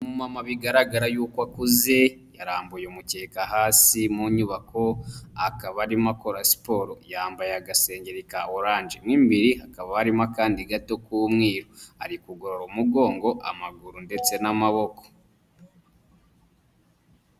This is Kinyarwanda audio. Umumama bigaragara yuko akuze yarambuye umukeka hasi mu nyubako akaba arimo akora siporo yambaye agasengeri ka oranje, mo imbere hakaba harimo akandi gato k'umweru ari kugorora umugongo, amaguru ndetse n'amaboko.